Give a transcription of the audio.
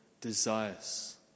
desires